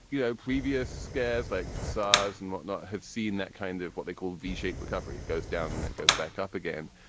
you know, previous scares like sors and whatnot have seen that kind of what they call v-shaped recovery. it goes down, it goes back up again.